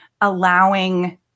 allowing